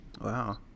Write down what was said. Wow